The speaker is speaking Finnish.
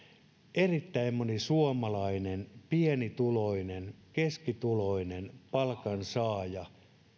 erittäin moni suomalainen pienituloinen keskituloinen palkansaaja